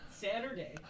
Saturday